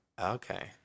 Okay